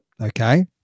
okay